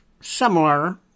similar